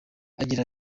agira